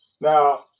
Now